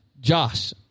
Josh